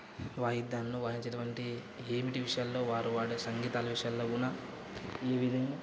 వాయిద్యంలో వాయించేటువంటి ఏమిటి విషయాలలో వారు వాళ్ళ సంగీతాల విషయాలలో కూడా ఈ విధంగా